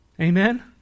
Amen